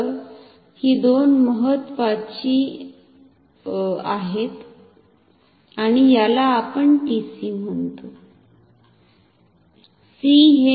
तर ही दोन महत्वाची आहेत आणि याला आपण TC म्हणतो C हे नियंत्रणासाठी आहे